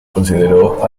consideró